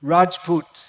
Rajput